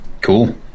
Cool